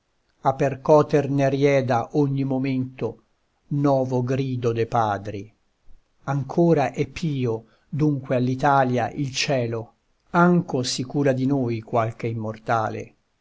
a percoter ne rieda ogni momento novo grido de padri ancora è pio dunque all'italia il cielo anco si cura di noi qualche immortale